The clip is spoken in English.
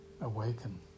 awaken